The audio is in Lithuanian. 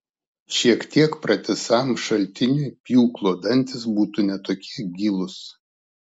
šiek tiek pratisam šaltiniui pjūklo dantys būtų ne tokie gilūs